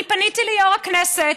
אני פניתי ליו"ר הכנסת,